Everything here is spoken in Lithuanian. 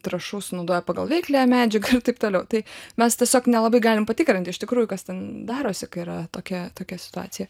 trąšų sunaudojo pagal veikliąją medžiagą ir taip toliau tai mes tiesiog nelabai galim patikrinti iš tikrųjų kas ten darosi kai yra tokia tokia situacija